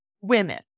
women